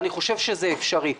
אני חושב שזה אפשרי.